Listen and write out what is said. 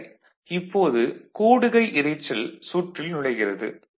சரி இப்போது கூடுகை இரைச்சல் சுற்றில் நுழைகிறது